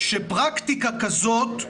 שפרקטיקה כזאת,